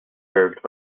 served